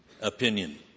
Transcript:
opinion